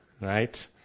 right